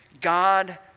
God